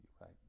right